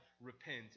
Repent